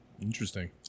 Interesting